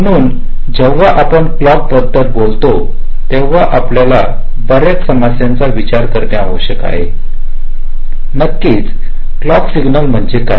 म्हणून जेव्हा आपण क्लॉकबद्दल बोलतो तेव्हा आपल्याला बऱ्याच समस्यांचा विचार करणे आवश्यक आहे नक्कीच क्लॉकसिग्नल म्हणजे काय